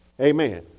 Amen